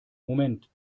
moment